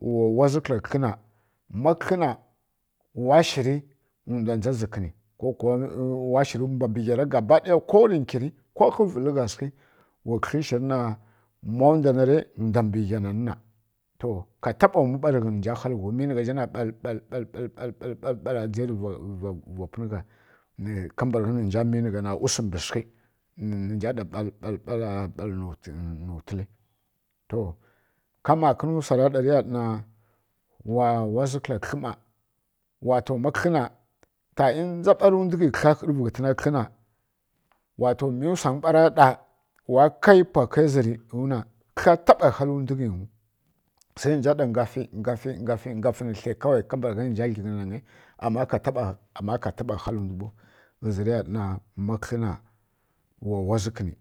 Wa waʒi kəla kəllyina ma kədlyi wa shiri dua njaʒi kəni ko-ko kwa wa shiri bua bə hiyo ra gabadaya ko ri kiri ko ghəvəl ri gha sikə wa kədlyi shirin na dua bə nyanan ka taba mua bari ghəna gha nəʒi na mʒha ɓaɓɓal-ɓal dʒe niva ndua pungha ka bəragha ni dʒa rika pungha ka bragha ni bua mi m gha to ka makən viya dana wa klandʒa kəl kədlyi ma wato ma kədlyi ta inja bari ndua hərui ghəna təna kədly wato mi suanyi bara ɗa wa kai pa kaiya ʒiruna kədlyi taba hali nduaghə nyu sai minja da ngəti-ngafi ni thə kawai kabragha minja thəly ghəna nayi am ka taɓa hali dua bo hiʒiriya ɗana ma kədlyina wa wandʒi kəni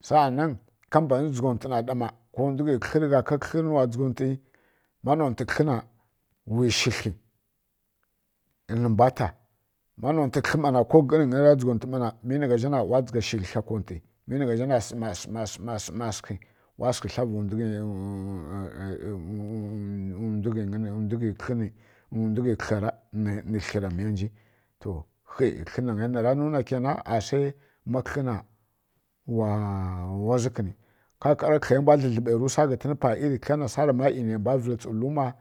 sanan kabam tsunti mi ha ɗa ma mandua jhə ko ndua ghə kədlyi mgha ka rinuns washi thə hi bua ta mamunte kədly ko gəriyai ra jukəti ma mi mgha ʒha na wa shi thy konji mi ni ha ʒha sima suns na sikə ni wa sikə thavi dwa ghəyi m ndua ghə kədlya na mi thiyi rimiys nji to həi kədlyi na gai suar muna kena ma kədlyi wa wandʒi kəni kakara kədlyi ɗəri sua ghətən pa nasara ma ine bua kili tsu ri luma ma.